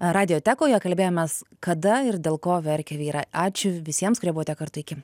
radiotekoje kalbėjomės kada ir dėl ko verkia vyrai ačiū visiems kurie buvote kartu iki